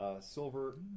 Silver